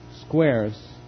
squares